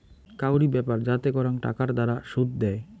কাউরি ব্যাপার যাতে করাং টাকার দ্বারা শুধ দেয়